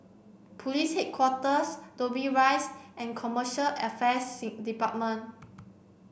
Police Headquarters Dobbie Rise and Commercial Affairs Department